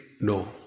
No